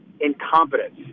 incompetence